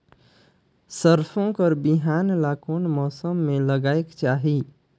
सरसो कर बिहान ला कोन मौसम मे लगायेक चाही?